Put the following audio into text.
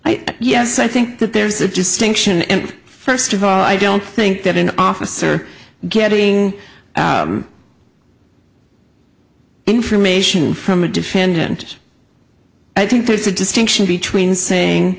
i yes i think that there's a distinction and first of all i don't think that an officer getting information from a defendant i think there's a distinction between